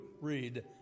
read